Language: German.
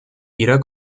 jeder